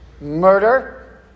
murder